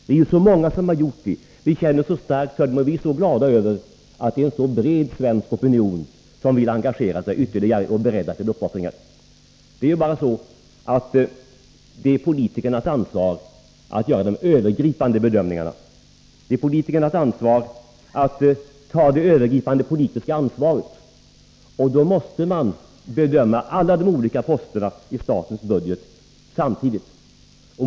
Det är många andra som också har gjort det. Vi är mycket glada för att en bred svensk opinion vill engagera sig ytterligare och är beredd till uppoffringar. Men det är politikernas ansvar att göra de övergripande bedömningarna. Med sitt politiska ansvar måste de bedöma alla olika poster i statens budget samtidigt.